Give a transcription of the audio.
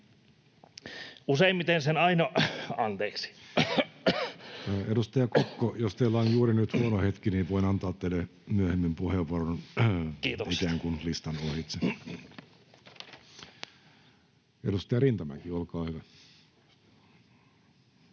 yskii] — Anteeksi. Kiitoksia. Edustaja Kokko, jos teillä on juuri nyt huono hetki, niin voin antaa teille myöhemmin puheenvuoron ikään kuin listan ohitse. Edustaja Rintamäki, olkaa hyvä.